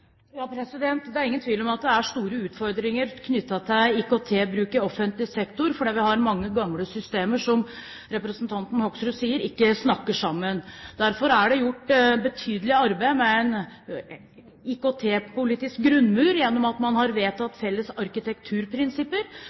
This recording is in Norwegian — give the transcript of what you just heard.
Det er ingen tvil om at det er store utfordringer knyttet til IKT-bruk i offentlig sektor, for vi har mange gamle systemer, som representanten Hoksrud sier, som ikke snakker sammen. Derfor er det gjort et betydelig arbeid med en IKT-politisk grunnmur, ved at man har vedtatt felles arkitekturprinsipper